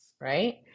right